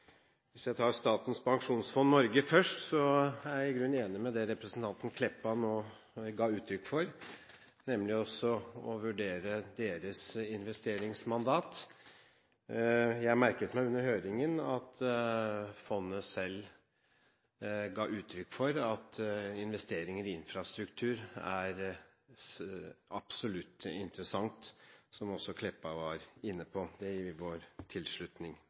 Hvis jeg tar Statens pensjonsfond Norge først, er jeg i grunnen enig med det representanten Kleppa nå ga uttrykk for, nemlig å vurdere deres investeringsmandat. Jeg merket meg under høringen at fondet selv ga uttrykk for at investeringer i infrastruktur er absolutt interessant, som også Kleppa var inne på. Det gir vi vår tilslutning